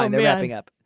and they're wrapping up.